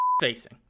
facing